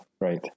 Right